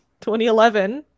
2011